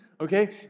okay